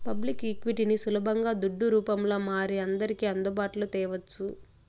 public ఈక్విటీని సులబంగా దుడ్డు రూపంల మారి అందర్కి అందుబాటులో తేవచ్చు